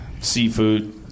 Seafood